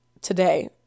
today